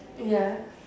ya